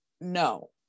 no